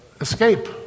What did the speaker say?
Escape